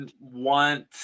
want